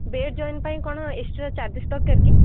bed join ପାଇଁ କ'ଣ extra charges ଦରକାର କି